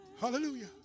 Hallelujah